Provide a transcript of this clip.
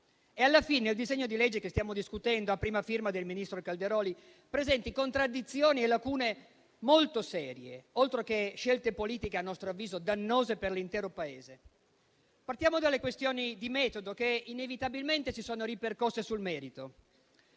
e, alla fine, il disegno di legge che stiamo discutendo, a prima firma del ministro Calderoli, presenti contraddizioni e lacune molto serie, oltre che scelte politiche - a nostro avviso - dannose per l'intero Paese. Partiamo dalle questioni di metodo che inevitabilmente si sono ripercosse sul merito.